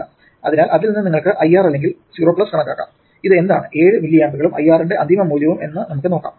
അതിനാൽ അതിൽ നിന്ന് നിങ്ങൾക്ക് IR അല്ലെങ്കിൽ 0 കണക്കാക്കാം ഇത് എന്താണ് 7 മില്ലിയാമ്പുകളും IR ന്റെ അന്തിമ മൂല്യവും എന്ന് നോക്കാം